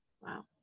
wow